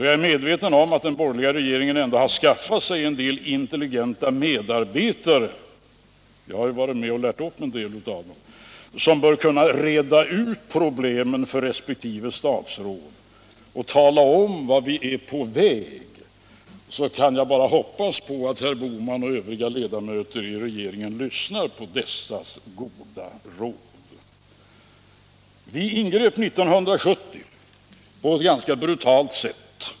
Jag är medveten om att den borgerliga regeringen ändå skaffat sig en del intelligenta medarbetare — jag har ju varit med och lärt upp en del av dem — som bör kunna reda ut problemen för resp. statsråd och tala om vart vi är på väg. Jag kan då bara hoppas på att herr Bohman och övriga ledamöter av regeringen lyssnar på deras goda råd. Vi ingrep 1970 på ett ganska brutalt sätt.